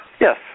Yes